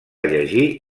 llegir